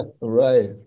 Right